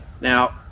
Now